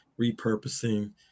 repurposing